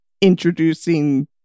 introducing